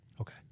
Okay